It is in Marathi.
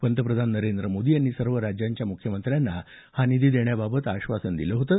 पंतप्रधान नरेंद्र मोदी यांनी सर्व राज्यांच्या मुख्यमंत्र्यांना हा निधी देण्याबात आश्वासन दिलं होतं